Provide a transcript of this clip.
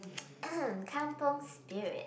kampung Spirit